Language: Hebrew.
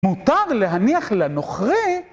מותר להניח לנוכרי